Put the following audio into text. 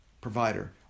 provider